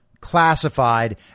classified